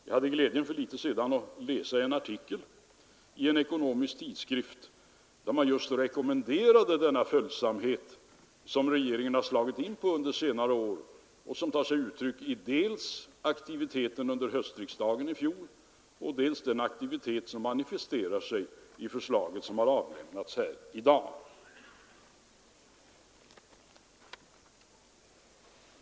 Jag hade för litet sedan glädjen att läsa en artikel i en ekonomisk tidskrift där man just rekommenderade denna följsamhet som regeringen har slagit in på under senare år och som tagit sig uttryck i dels aktiviteten under höstriksdagen i fjol, dels den aktivitet som manifesterar sig i det förslag som nu avlämnats.